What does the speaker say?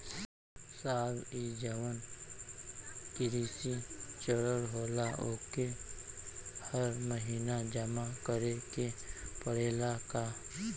साहब ई जवन कृषि ऋण होला ओके हर महिना जमा करे के पणेला का?